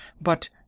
But